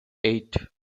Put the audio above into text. eight